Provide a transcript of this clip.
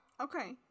Okay